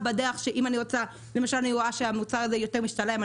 אם אני רואה שהמוצר הזה יותר משתלם,